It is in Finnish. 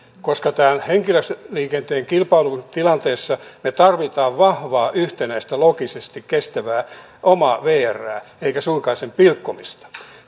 koska tässä henkilöliikenteen kilpailutilanteessa me tarvitsemme vahvaa yhtenäistä logistisesti kestävää omaa vrää eikä suinkaan sen pilkkomista